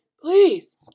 Please